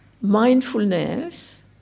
mindfulness